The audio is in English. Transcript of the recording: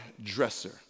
dresser